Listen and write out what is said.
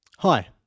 Hi